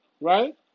right